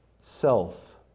self